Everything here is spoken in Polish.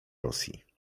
rosji